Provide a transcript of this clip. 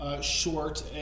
Short